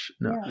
No